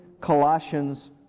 Colossians